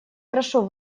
прошу